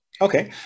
Okay